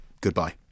Goodbye